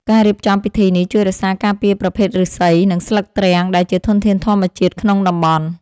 ការរៀបចំពិធីនេះជួយរក្សាការពារប្រភេទឫស្សី និងស្លឹកទ្រាំងដែលជាធនធានធម្មជាតិក្នុងតំបន់។